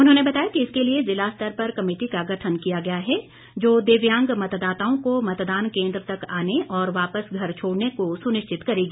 उन्होंने बताया कि इसके लिए जिला स्तर पर कमेटी का गठन किया गया है जो दिव्यांग मतदाताओं को मतदान केन्द्र तक आने और वापस घर छोड़ने को सुनिश्चित करेगी